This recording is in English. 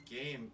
game